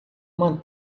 uma